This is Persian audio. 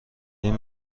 این